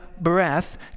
breath